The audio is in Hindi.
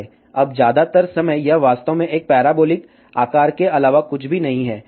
अब ज्यादातर समय यह वास्तव में एक पैराबोलिक आकार के अलावा कुछ भी नहीं है